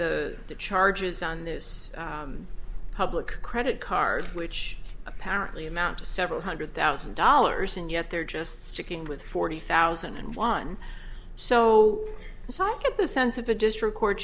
the charges on this public credit card which apparently amount to several hundred thousand dollars and yet they're just sticking with forty thousand and one so let's not get the sense of a district court